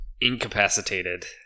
incapacitated